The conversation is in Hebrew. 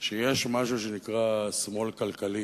שיש משהו שנקרא שמאל כלכלי,